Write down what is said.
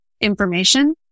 information